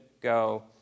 go